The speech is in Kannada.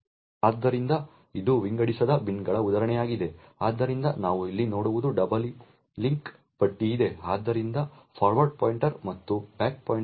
ಆದ್ದರಿಂದ ಇದು ವಿಂಗಡಿಸದ ಬಿನ್ಗಳ ಉದಾಹರಣೆಯಾಗಿದೆ ಆದ್ದರಿಂದ ನಾವು ಇಲ್ಲಿ ನೋಡುವುದು ಡಬಲ್ ಲಿಂಕ್ ಪಟ್ಟಿ ಇದೆ ಆದ್ದರಿಂದ ಫಾರ್ವರ್ಡ್ ಪಾಯಿಂಟರ್ ಮತ್ತು ಬ್ಯಾಕ್ ಪಾಯಿಂಟರ್ ಇದೆ